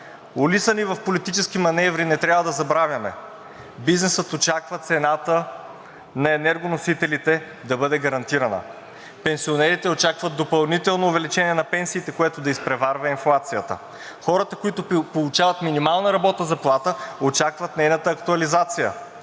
Улисани в политически маневри, не трябва да забравяме, че бизнесът очаква цената на енергоносителите да бъде гарантирана. Пенсионерите очакват допълнително увеличение на пенсиите, което да изпреварва инфлацията. Хората, които получават минимална работна заплата, очакват нейната актуализация.